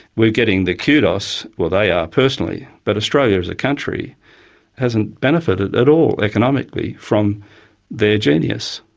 we're getting the kudos, or they are personally, but australia as ah country hasn't benefited at all economically from their genius.